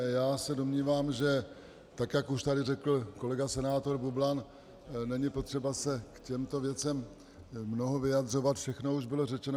Já se domnívám, že tak jak už tady řekl kolega senátor Bublan, není potřeba se k těmto věcem mnoho vyjadřovat, všechno už bylo řečeno.